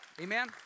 Amen